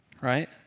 right